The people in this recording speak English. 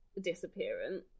disappearance